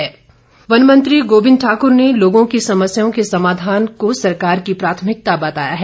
गोविंद ठाक्र वन मंत्री गोविंद ठाकुर ने लोगों की समस्याओं के समाधान को सरकार की प्राथमिकता बताया है